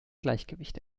gleichgewicht